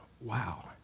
wow